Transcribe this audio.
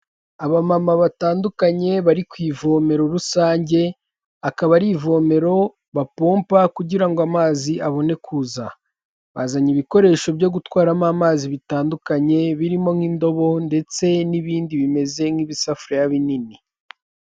Aba mama batandukanye bari ku ivomero rusange akaba ari ivomero bapompa kugirango ngo amazi abone kuza, bazanye ibikoresho byo gutwaramo amazi bitandukanye birimo nk'indobo ndetse n'ibindi bimeze nk'ibisafuriya binini.